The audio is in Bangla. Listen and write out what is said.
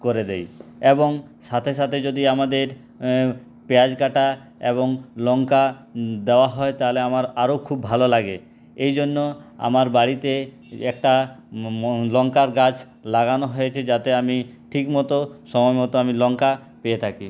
করে দেয় এবং সাথে সাথে যদি আমাদের পেয়াঁজ কাটা এবং লঙ্কা দেওয়া হয় তাহলে আমার আরো খুব ভালো লাগে এইজন্য আমার বাড়িতে একটা লঙ্কার গাছ লাগানো হয়েছে যাতে আমি ঠিকমত সময়মত আমি লঙ্কা পেয়ে থাকি